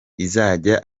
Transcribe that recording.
izajya